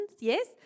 yes